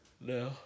No